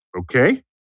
Okay